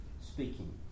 speaking